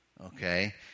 okay